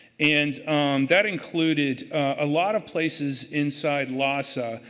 and that included a lot of places inside lhasa,